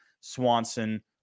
Swanson